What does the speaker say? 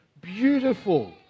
beautiful